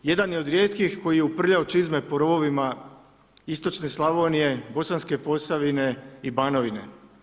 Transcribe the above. Jedan je od rijetkih koji je uprljao čizme po rovovima Istočne Slavonije, bosanske Posavine i Banovine.